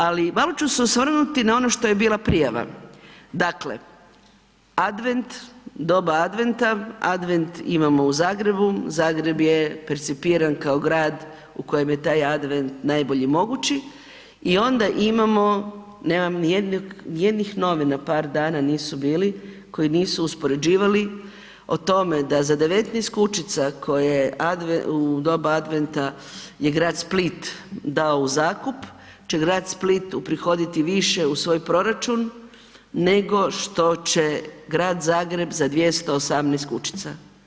Ali malo ću se osvrnuti na ono što je bila prijava, dakle Advent, doba Adventa, Advent imamo u Zagrebu, Zagreb je percipiran kao grad u kojem je taj Advent najbolji mogući i onda imamo, nemam nijednih novina, par dana nisu bili koji nisu uspoređivali o tome da za 19 kućica koje u doba Adventa je grad Split dao u zakup će grad Split uprihoditi više u svoj proračun nego što će Grad Zagreb za 218 kućica.